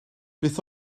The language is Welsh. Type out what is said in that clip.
beth